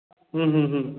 હં હં હં